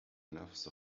نفس